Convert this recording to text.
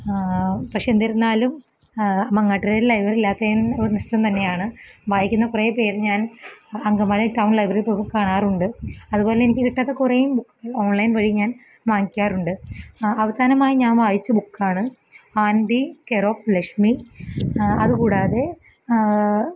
പക്ഷേ എന്തിരുന്നാലും മാങ്ങാട്ടുകരയില് ലൈബ്രറി ഇല്ലാത്തതിന് നഷ്ടം തന്നെയാണ് വായിക്കുന്ന കുറേ പേർ ഞാന് അങ്കമാലി ടൗണ് ലൈബ്രറീ പോകുമ്പോൾ കാണാറുണ്ട് അതുപോലെ തന്നെ എനിക്ക് കിട്ടാത്ത കുറെ ബുക്ക് ഓണ്ലൈന് വഴി ഞാന് വാങ്ങിക്കാറുണ്ട് അവസാനമായി ഞാന് വായിച്ച ബുക്കാണ് ആൻടി കെയര് ഓഫ് ലെക്ഷ്മി അത്കൂടാതെ